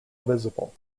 visible